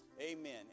Amen